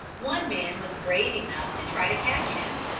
one man was brave enough to try to catch him.